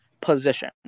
position